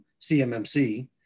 CMMC